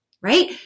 right